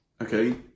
Okay